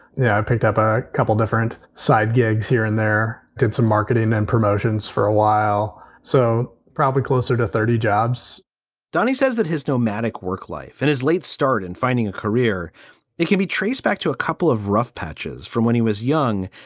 yeah i picked up a couple of different side gigs here and there did some marketing and promotions for a while. so probably closer to thirty jobs donny says that his nomadic work life and his late start in finding a career can be traced back to a couple of rough patches from when he was young.